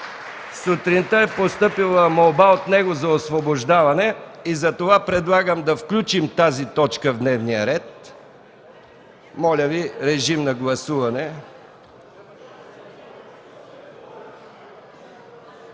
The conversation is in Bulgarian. Сутринта е постъпила молба от него за освобождаване и затова предлагам да включим тази точка в дневния ред. Моля Ви, режим на гласуване.